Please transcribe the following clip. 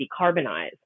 decarbonize